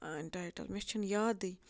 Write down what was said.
title مےٚ چھِنہٕ یادٕے